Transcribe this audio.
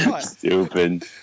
Stupid